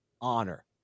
honor